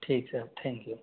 ठीक है thank you